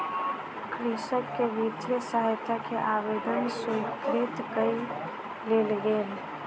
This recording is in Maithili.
कृषक के वित्तीय सहायता के आवेदन स्वीकृत कय लेल गेल